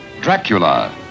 Dracula